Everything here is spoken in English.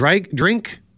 drink